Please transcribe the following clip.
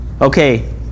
Okay